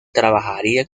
trabajaría